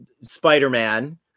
Spider-Man